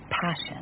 Passion